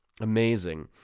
Amazing